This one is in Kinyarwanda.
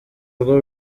rwo